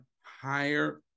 higher